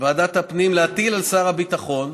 ועדת הפנים להטיל על שר הביטחון